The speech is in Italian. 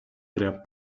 gran